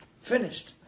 Finished